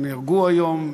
שנהרגו היום,